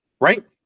right